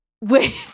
Wait